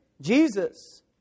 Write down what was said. Jesus